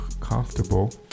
comfortable